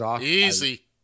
Easy